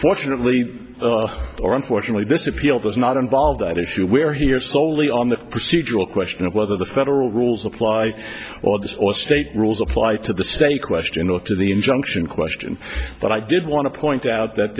fortunately or unfortunately this appeal does not involve that issue we're here soley on the procedural question of whether the federal rules apply or this or state rules apply to the state question or to the injunction question but i did want to point out that